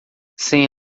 sem